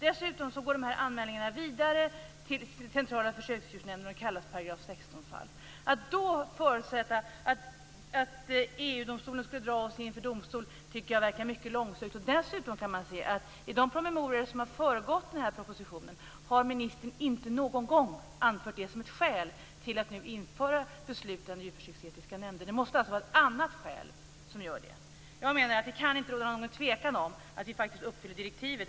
Dessutom går en anmälan av det slaget vidare till Centrala försöksdjursnämnden - s.k. § 16 fall. Att då förutsätta att EU-domstolen drar oss inför domstol tycker jag verkar långsökt. I de promemorior som föregått denna proposition har ministern inte någon gång anfört det som ett skäl till att nu införa beslut i de djurförsöketiska nämnderna. Det måste alltså vara fråga om ett annat skäl. Jag menar att det inte kan råda någon tvekan om att vi faktiskt uppfyller direktivet.